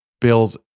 build